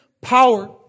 power